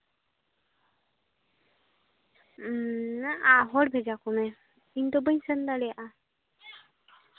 ᱢᱮᱱᱟᱜᱼᱟ ᱦᱚᱲ ᱵᱷᱮᱡᱟ ᱠᱚᱢᱮ ᱤᱧ ᱫᱚ ᱵᱟᱹᱧ ᱥᱮᱱ ᱫᱟᱲᱭᱟᱜᱼᱟ